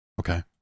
Okay